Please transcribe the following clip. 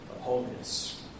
holiness